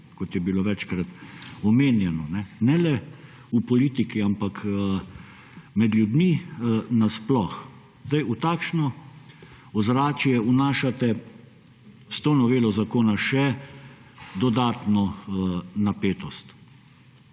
kot je bilo večkrat omenjeno, ne le v politiki, ampak med ljudmi na sploh, v takšno ozračje vnašate s to novelo zakona še dodatno napetost.